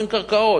אין קרקעות.